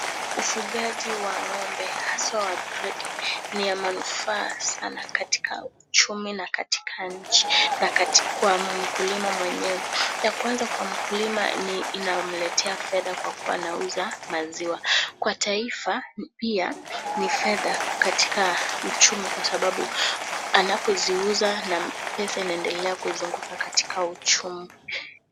Ufugaji wa ng'ombe haswa wa gredi ni ya manufaa sana katika uchumi na katika nchi, na kwa mkulima mwenyewe. Ya kwanza kwa mkulima ni inayomletea fedha kwa kuwa anauza maziwa. Kwa taifa, pia ni fedha katika uchumi kwa sababu anapoziuza na pesa inaendelea kuzunguka katika uchumi.